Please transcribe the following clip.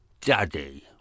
Daddy